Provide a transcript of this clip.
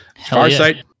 Farsight